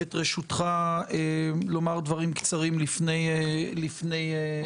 את רשותך לומר דברים קצרים לפני המצגת.